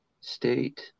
state